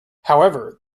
however